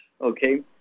okay